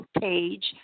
page